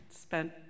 spent